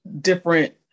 different